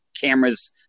cameras